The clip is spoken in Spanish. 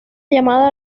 llamada